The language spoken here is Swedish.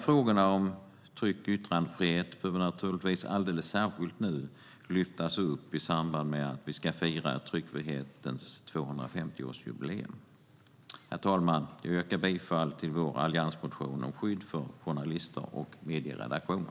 Frågorna om tryck och yttrandefrihet behöver lyftas upp, alldeles särskilt nu, i samband med att vi ska fira tryckfrihetens 250-årsjubileum. Herr talman! Jag yrkar bifall till vår alliansreservation om skydd för journalister och medieredaktioner.